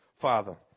Father